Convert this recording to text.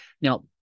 Now